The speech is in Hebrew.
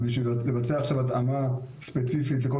ובשביל לבצע עכשיו התאמה ספציפית לכל